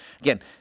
again